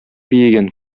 биегән